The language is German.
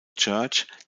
church